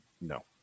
No